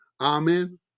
Amen